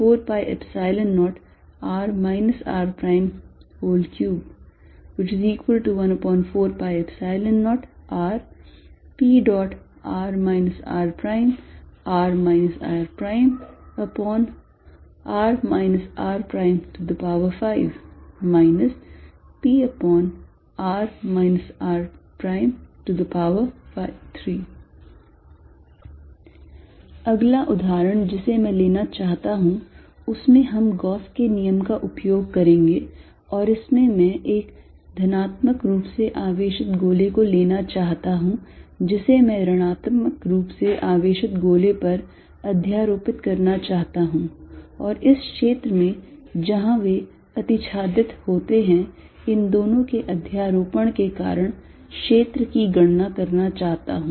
Er3pr rr r p4π0r r314π03pr rr rr r5 pr r3 अगला उदाहरण जिसे मैं लेना चाहता हूं उसमें हम गॉस के नियम का उपयोग करेंगे और इस में मैं एक धनात्मक रूप से आवेशित गोले को लेना चाहता हूं जिसे मैं ऋणात्मक रूप से आवेशित गोले पर अध्यारोपित करना चाहता हूं और इस क्षेत्र में जहां वे अतिछादित होते हैं इन दोनों के अध्यारोपण के कारण क्षेत्र की गणना करना चाहता हूं